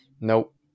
Nope